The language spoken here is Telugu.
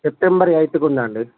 సెప్టెంబర్ ఎయిత్కు ఉందండి